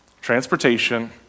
transportation